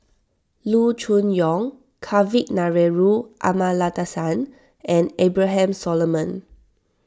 Loo Choon Yong Kavignareru Amallathasan and Abraham Solomon